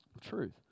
truth